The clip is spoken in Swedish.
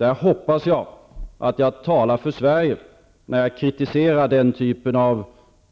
Jag hoppas att jag talar för Sverige när jag kritiserar den typen av